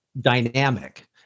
dynamic